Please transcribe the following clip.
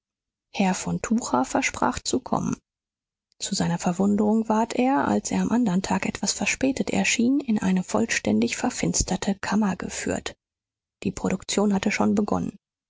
herr von tucher versprach zu kommen zu seiner verwunderung ward er als er am andern tag etwas verspätet erschien in eine vollständig verfinsterte kammer geführt die produktion hatte schon begonnen